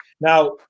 Now